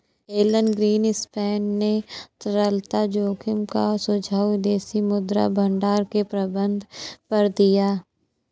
Elon Greenspan ने तरलता जोखिम का सुझाव विदेशी मुद्रा भंडार के प्रबंधन पर दिया